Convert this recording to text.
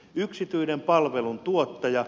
yksityinen palveluntuottaja